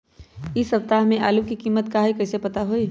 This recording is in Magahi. इ सप्ताह में आलू के कीमत का है कईसे पता होई?